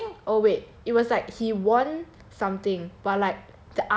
reason I think oh wait it was like he won something but like